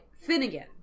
Finnegan